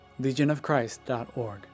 Legionofchrist.org